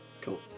Cool